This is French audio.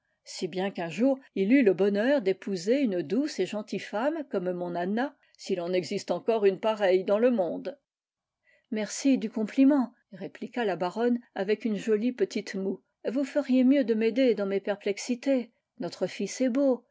si bien qu'un jour il eût le bonheur d'épouser une douce et gentille femme comme mon anna s'il en existe encore une pareille dans le monde merci du compliment répliqua la baronne avec une jolie petite moue vous feriez mieux de m'aider dans mes perplexités notre fils est beau